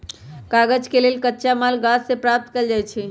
कागज के लेल कच्चा माल गाछ से प्राप्त कएल जाइ छइ